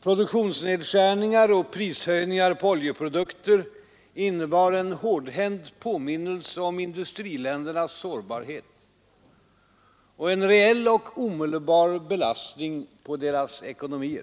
Produktionsnedskärningar och prishöjningar på oljeprodukter innebar en hårdhänt påminnelse om industriländernas sårbarhet och en rejäl och omedelbar belastning på deras ekonomi.